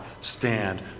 stand